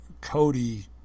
Cody